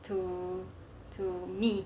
to to me